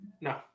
No